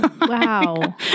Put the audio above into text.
Wow